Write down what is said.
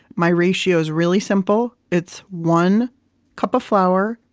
my ratio's really simple. it's one cup of flour,